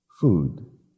food